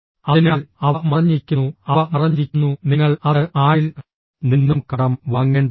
അതിനാൽ അവ മറഞ്ഞിരിക്കുന്നു അവ മറഞ്ഞിരിക്കുന്നു നിങ്ങൾ അത് ആരിൽ നിന്നും കടം വാങ്ങേണ്ടതില്ല